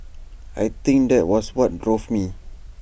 I think that was what drove me